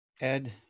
Ed